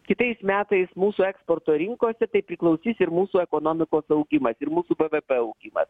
kitais metais mūsų eksporto rinkose tai priklausys ir mūsų ekonomikos augimas ir mūsų bvp augimas